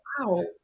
Wow